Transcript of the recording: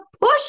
push